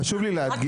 חשוב לי להדגיש,